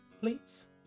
please